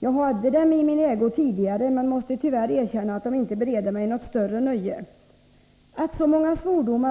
Jag hade dem i min ägo redan tidigare, men måste tyvärr erkänna att det inte bereder mig något större nöje att lyssna på dem.